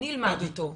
נלמד אותו,